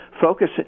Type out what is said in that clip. Focus